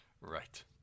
right